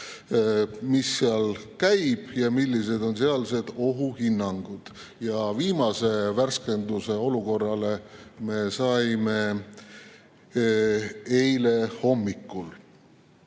mis seal toimub ja millised on sealsed ohuhinnangud. Ja viimase värske pildi olukorrast saime eile hommikul.